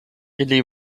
ili